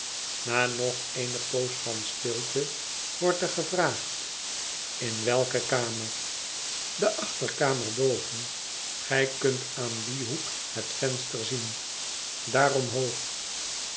na nog eene poos van stilte wordt er gevraagd in welke kamer de achterkamer boven gij kunt aan dien hoek het venster zien daar omhoog